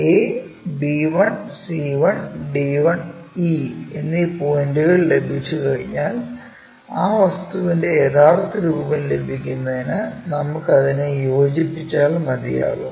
ab1c1d1e എന്നീ പോയിന്റുകൾ ലഭിച്ചുകഴിഞ്ഞാൽ ആ വസ്തുവിന്റെ യഥാർത്ഥ രൂപം ലഭിക്കുന്നതിന് നമുക്ക് അതിനെ യോജിപ്പിച്ചാൽ മതിയാകും